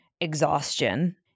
exhaustion